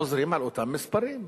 חוזרים על אותם מספרים,